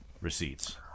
receipts